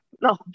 no